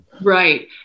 Right